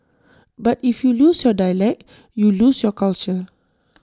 but if you lose your dialect you lose your culture